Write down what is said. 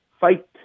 fight